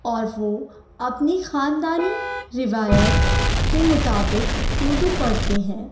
اور وہ اپنی خاندانی روایت کے مطابق اردو پڑھتے ہیں